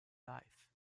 life